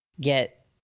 get